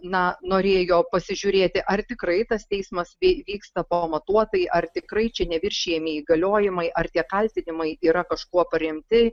na norėjo pasižiūrėti ar tikrai tas teismas vyksta pamatuotai ar tikrai čia neviršijami įgaliojimai ar tie kaltinimai yra kažkuo paremti